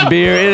Beer